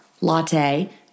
latte